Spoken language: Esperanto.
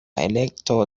elekto